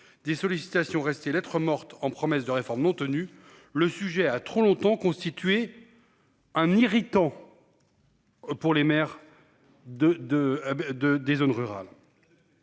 des sollicitations lettre morte en promesses de réformes non tenues. Le sujet a trop longtemps constitué. Un irritant. Pour les mères de de de des zones rurales.